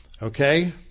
Okay